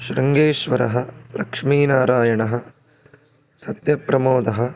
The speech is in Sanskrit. शृङ्गेश्वरः लक्ष्मीनरायणः सत्यप्रमोदः